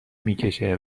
میکشه